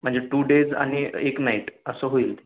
म्हणजे two days आणि एक नाईट असं होईल